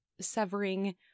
severing